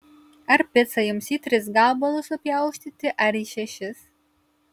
ar picą jums į tris gabalus supjaustyti ar į šešis